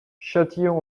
châtillon